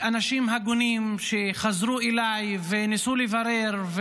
אנשים הגונים שחזרו אליי וניסו לברר,